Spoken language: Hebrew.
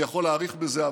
אני יכול להאריך בזה,